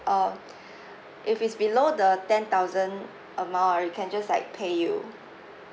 um if it's below the ten thousand amount ah we can just like pay you